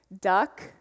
Duck